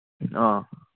ꯑꯥ